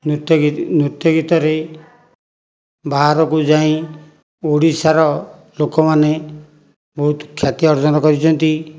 ନୃତ୍ୟ ଗୀ ନୃତ୍ୟ ଗୀତରେ ବାହାରକୁ ଯାଇ ଓଡ଼ିଶାର ଲୋକମାନେ ବହୁତ ଖ୍ୟାତି ଅର୍ଜନ କରିଛନ୍ତି